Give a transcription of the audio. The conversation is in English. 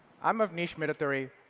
i'm avnish midthuri,